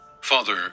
Father